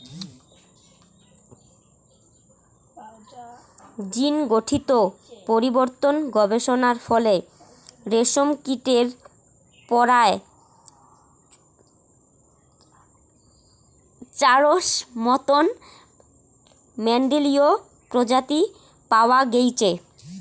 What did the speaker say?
জীনঘটিত পরিবর্তন গবেষণার ফলে রেশমকীটের পরায় চারশোর মতন মেন্ডেলীয় প্রজাতি পাওয়া গেইচে